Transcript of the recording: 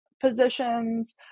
positions